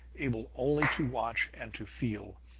able only to watch and to feel,